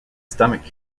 stomach